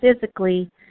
physically